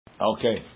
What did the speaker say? Okay